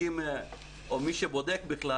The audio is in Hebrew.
מי שבודק בכלל,